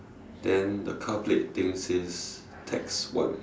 then the car plate thing says tax one